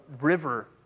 river